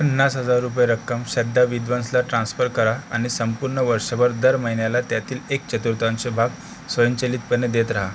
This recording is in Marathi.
पन्नास हजार रुपये रक्कम श्रद्धा विद्वंसला ट्रान्स्फर करा आणि संपूर्ण वर्षभर दर महिन्याला त्यातील एक चतुर्थांश भाग स्वयंचलितपणे देत राहा